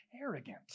arrogant